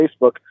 Facebook